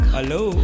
Hello